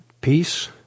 peace